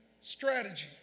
strategy